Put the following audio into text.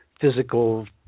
physical